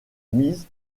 mise